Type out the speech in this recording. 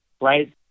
Right